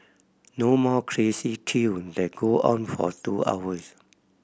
no more crazy queue that go on for two hours